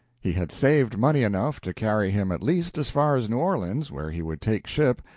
he had saved money enough to carry him at least as far as new orleans, where he would take ship,